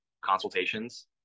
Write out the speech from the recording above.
consultations